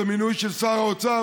זה מינוי של שר האוצר,